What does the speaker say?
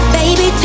baby